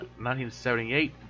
1978